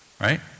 right